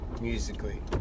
Musically